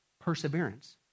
Perseverance